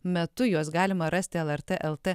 metu juos galima rasti lrt lt